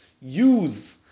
use